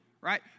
Right